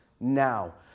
Now